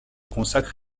consacre